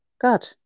God